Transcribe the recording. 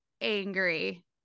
angry